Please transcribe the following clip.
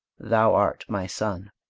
thou art my sun.